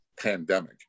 pandemic